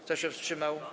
Kto się wstrzymał?